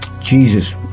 Jesus